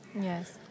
Yes